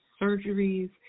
surgeries